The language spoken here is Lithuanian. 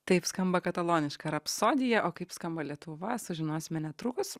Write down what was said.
taip skamba kataloniška rapsodija o kaip skamba lietuva sužinosime netrukus